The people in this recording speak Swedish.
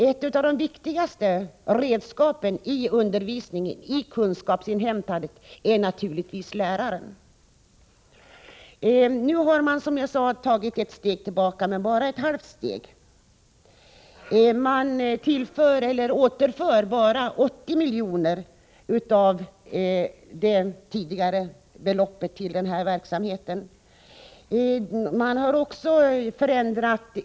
Ett av de viktigaste redskapen i undervisningen och kunskapsinhämtandet är naturligtvis läraren. Som jag sade har regeringen nu backat, men det är bara ett halvt steg tillbaka som man har tagit. Endast 80 miljoner av det tidigare beloppet till anställning av korttidsvikarier återförs.